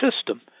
system